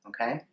Okay